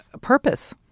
purpose